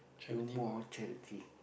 do more charity